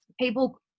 people